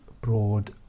Broad